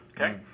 okay